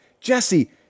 Jesse